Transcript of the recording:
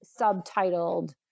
subtitled